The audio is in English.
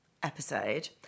Episode